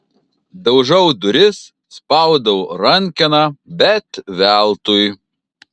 daužau duris spaudau rankeną bet veltui